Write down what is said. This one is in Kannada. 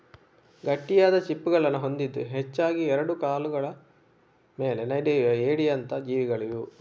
ಗಟ್ಟಿಯಾದ ಚಿಪ್ಪುಗಳನ್ನ ಹೊಂದಿದ್ದು ಹೆಚ್ಚಾಗಿ ಎರಡು ಕಾಲುಗಳ ಮೇಲೆ ನಡೆಯುವ ಏಡಿಯಂತ ಜೀವಿಗಳಿವು